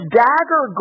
dagger